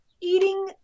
eating